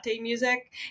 music